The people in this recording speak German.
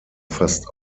fast